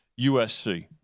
USC